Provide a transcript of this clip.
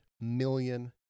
million